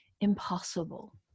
impossible